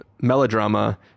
melodrama